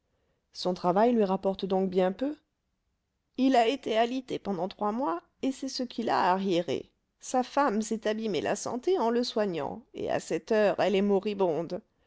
son travail lui rapporte donc bien peu il a été alité pendant trois mois et c'est ce qui l'a arriéré sa femme s'est abîmé la santé en le soignant et à cette heure elle est moribonde